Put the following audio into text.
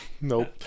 Nope